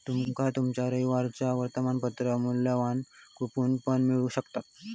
तुमका तुमच्या रविवारच्या वर्तमानपत्रात मुल्यवान कूपन पण मिळू शकतत